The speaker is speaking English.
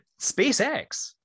SpaceX